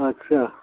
अच्छा